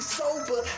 sober